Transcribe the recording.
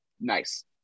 Nice